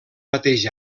mateix